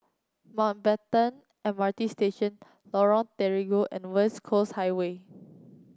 Mountbatten M R T Station Lorong Terigu and West Coast Highway